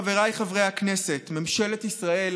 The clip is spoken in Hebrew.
חבריי חברי הכנסת, ממשלת ישראל